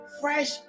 fresh